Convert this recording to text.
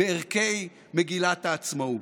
בערכי מגילת העצמאות.